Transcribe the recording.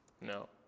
No